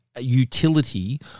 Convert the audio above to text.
utility